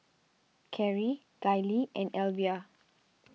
Carri Gayle and Elvia